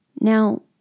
Now